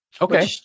okay